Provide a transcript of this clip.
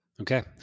Okay